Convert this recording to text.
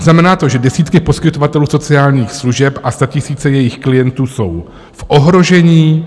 Znamená to, že desítky poskytovatelů sociálních služeb a statisíce jejich klientů jsou v ohrožení.